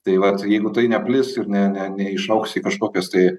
tai vat jeigu tai neplis ir ne ne neišaugs į kažkokias tai